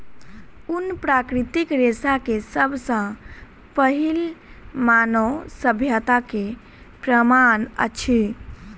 ऊन प्राकृतिक रेशा के सब सॅ पहिल मानव सभ्यता के प्रमाण अछि